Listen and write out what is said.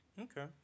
Okay